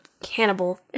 cannibal